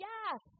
Yes